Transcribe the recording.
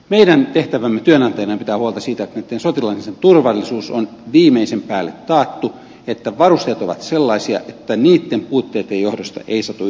meidän tehtävämme työnantajana on pitää huolta siitä että näitten sotilaiden turvallisuus on viimeisen päälle taattu että varusteet ovat sellaisia että niitten puutteitten johdosta ei satu yhtään mitään